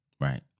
right